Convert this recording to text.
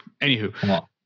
Anywho